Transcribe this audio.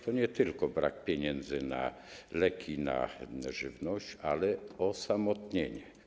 To nie tylko brak pieniędzy na leki, na żywność, ale to też osamotnienie.